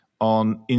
on